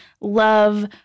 love